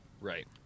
Right